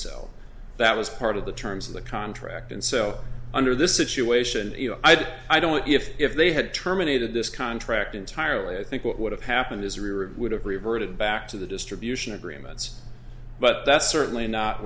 so that was part of the terms of the contract and so under this situation you know i don't if if they had terminated this contract entirely i think what would have happened is a rig would have reverted back to the distribution agreements but that's certainly not